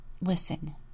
listen